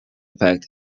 effect